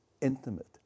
intimate